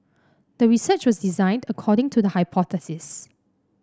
the research was designed according to the hypothesis